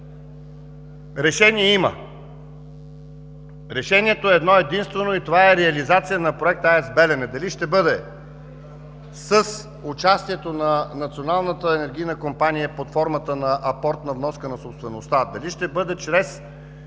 Решение има. Решението е едно-единствено и това е: реализация на проекта „АЕЦ „Белене“. Дали ще бъде с участието на Националната електрическа компания под формата на апортна вноска на собствеността, дали ще бъде чрез